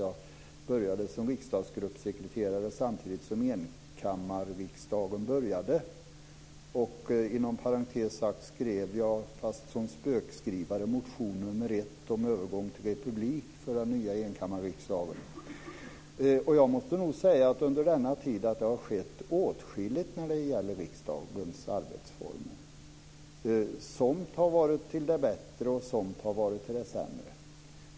Jag började som riksdagsgruppssekreterare samtidigt som enkammarriksdagen började. Inom parentes sagt skrev jag som spökskrivare motion nr 1 om övergång till republik för den nya enkammarriksdagen. Under denna tid har det skett åtskilligt när det gäller riksdagens arbetsformer. Somt har varit till det bättre, och somt har varit till det sämre.